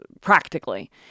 practically